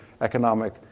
economic